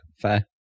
fair